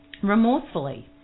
remorsefully